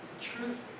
truth